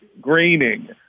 greening